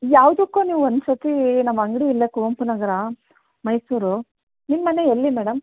ಯಾವುದಕ್ಕೂ ನೀವು ಒಂದು ಸರ್ತಿ ನಮ್ಮ ಅಂಗಡಿ ಇಲ್ಲೇ ಕುವೆಂಪುನಗರ ಮೈಸೂರು ನಿಮ್ಮ ಮನೆ ಎಲ್ಲಿ ಮೇಡಮ್